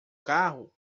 carro